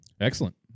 Excellent